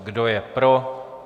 Kdo je pro?